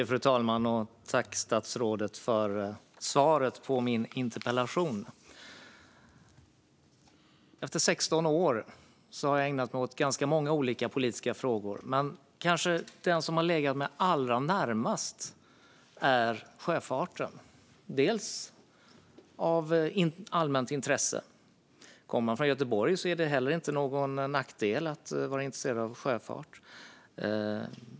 Fru talman! Jag tackar statsrådet för svaret på min interpellation. Efter 16 år har jag hunnit ägna mig åt ganska många olika politiska frågor, men den som kanske har legat mig allra närmast är sjöfarten. Det beror bland annat på allmänt intresse; kommer man från Göteborg är det ingen nackdel att vara intresserad av sjöfart.